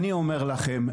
אני אומר לכם,